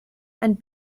and